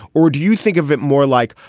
or do you think of it more like,